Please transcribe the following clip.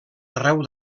arreu